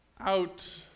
out